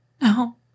No